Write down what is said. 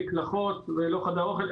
במקלחות או בחדר האוכל.